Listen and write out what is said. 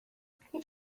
هیچ